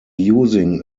using